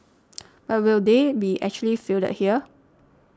but will they be actually fielded here